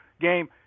game